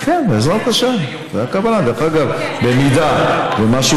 כן, בעזרת השם, זו הכוונה.